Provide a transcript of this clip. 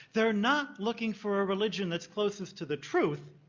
they're not looking for a religion that's closest to the truth.